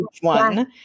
one